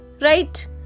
Right